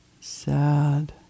Sad